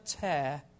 tear